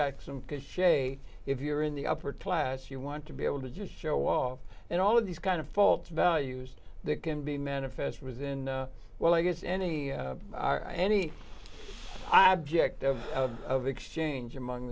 got some good shape if you're in the upper class you want to be able to just show off and all of these kind of faults values can be manifest was in well i guess any any object of of exchange among